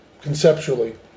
conceptually